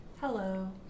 Hello